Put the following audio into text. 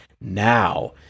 now